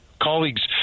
colleagues